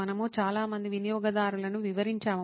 మనము చాలా మంది వినియోగదారులను వివరించాము